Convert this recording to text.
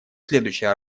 следующий